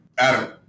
Adam